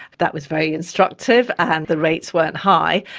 that was very instructive, and the rates weren't high.